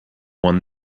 won